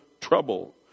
trouble